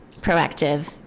proactive